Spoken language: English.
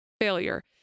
failure